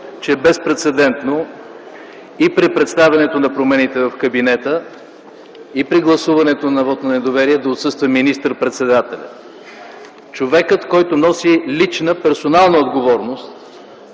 че е безпрецедентно и при представянето на промените в кабинета, и при гласуването на вот на недоверие да отсъства министър-председателят. Човекът, който носи лична, персонална отговорност